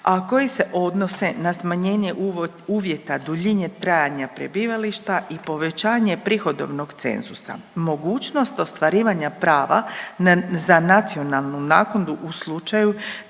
a koji se odnose na smanjenje uvjeta duljine trajanja prebivališta i povećanje prihodovnog cenzusa. Mogućnost ostvarivanja prava za nacionalnu naknadu u slučaju